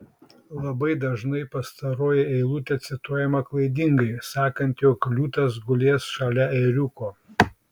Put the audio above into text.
labai dažnai pastaroji eilutė cituojama klaidingai sakant jog liūtas gulės šalia ėriuko